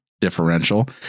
differential